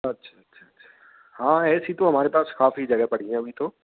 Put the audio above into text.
अच्छा अच्छा अच्छा हाँ ऐसी तो हमारे पास काफ़ी जगह पड़ी है अभी तो